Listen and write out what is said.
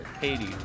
Haiti